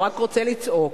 הוא רק רוצה לצעוק,